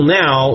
now